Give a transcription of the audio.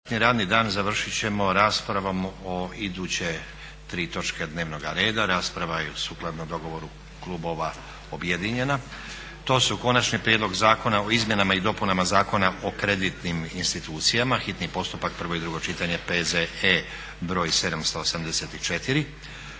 radni dan završit ćemo raspravom o iduće tri točke dnevnog reda. Rasprava je sukladno dogovoru klubova objedinjena. To su: - Konačni prijedlog zakona o izmjenama i dopunama Zakona o kreditnim institucijama, hitni postupak, prvo i drugo čitanje, P.Z.E. br. 784;